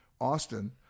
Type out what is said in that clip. Austin